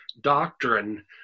doctrine